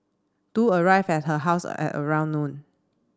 do arrived at her house at around noon